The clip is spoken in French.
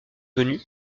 venu